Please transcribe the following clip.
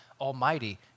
Almighty